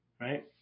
right